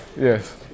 Yes